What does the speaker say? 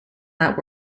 not